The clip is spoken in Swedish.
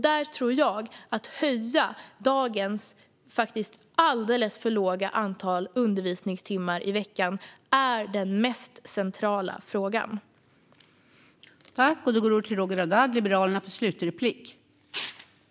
Där tror jag att den mest centrala frågan är att höja antalet undervisningstimmar i veckan, för i dag är de faktiskt alldeles för få.